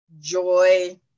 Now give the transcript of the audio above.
joy